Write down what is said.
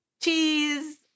Cheese